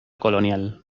colonial